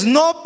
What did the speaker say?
no